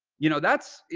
you know, that's,